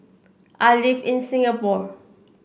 I live in Singapore